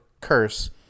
curse